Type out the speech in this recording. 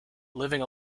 living